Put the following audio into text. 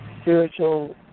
spiritual